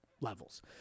levels